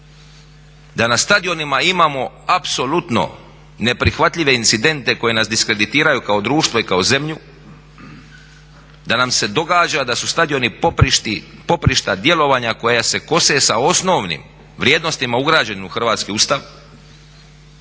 da na stadionima imamo apsolutno neprihvatljive incidente koji nas diskreditiraju kao društvo i kao zemlju, da nam se događa da su stadioni poprišta djelovanja koja se kose sa osnovnim vrijednostima ugrađenim u Hrvatski ustav.